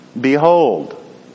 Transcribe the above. Behold